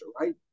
right